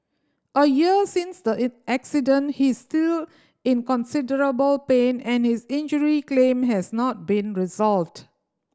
a year since the accident he is still in considerable pain and his injury claim has not been resolved